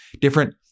Different